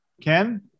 Ken